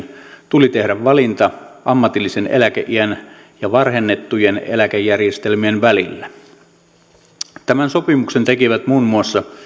tuli tehdä valinta ammatillisen eläkeiän ja varhennettujen eläkejärjestelmien välillä tämän sopimuksen tekivät muun muassa